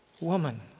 woman